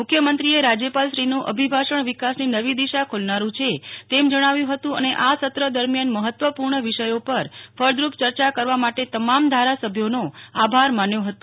મુખ્યમંત્રીએરાજ્યપાલશ્રીનું અભિભાષણ વિકાસની નવી દિશા ખોલનારું છે તેમ જણાવ્યું હતું અને આ સત્ર દરમિયાનમહત્વપૂર્ણ વિષયો પર ફળદ્રુ પ ચર્ચા કરવા માટે તમામ ધારાસભ્યોનો આભાર માન્યો હતો